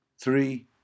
Three